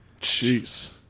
Jeez